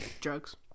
Drugs